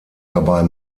dabei